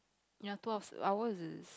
ya two of ours is